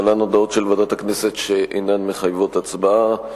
להלן הודעות של ועדת הכנסת שאינן מחייבות הצבעה.